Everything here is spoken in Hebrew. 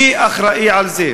מי אחראי לזה?